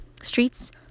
streets